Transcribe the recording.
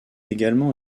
également